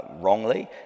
wrongly